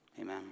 amen